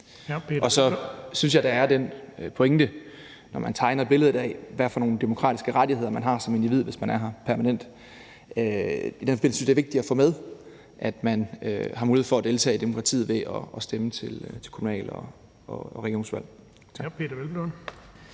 Og så synes jeg, at der er den pointe, når man tegner billedet af, hvad for nogle demokratiske rettigheder man har som individ, hvis man er her permanent, at man har mulighed for at deltage i demokratiet ved at stemme til kommunal- og regionsrådsvalg,